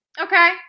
okay